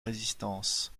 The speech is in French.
résistance